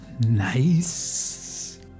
Nice